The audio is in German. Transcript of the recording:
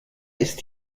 ist